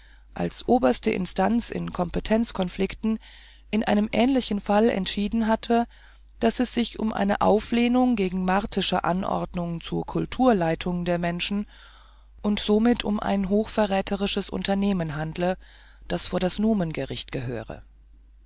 als oberste instanz in kompetenzkonflikten in einem ähnlichen fall entschieden hatte daß es sich um eine auflehnung gegen martische anordnungen zur kulturleitung der menschen und somit um ein hochverräterisches unternehmen handle das vor das numengericht gehöre